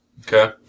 Okay